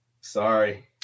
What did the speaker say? Sorry